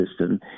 system